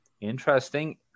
Interesting